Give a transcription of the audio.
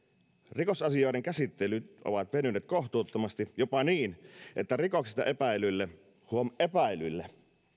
rikosasioiden käsittelyt ovat venyneet kohtuuttomasti jopa niin että rikoksista epäillyille huom epäillyille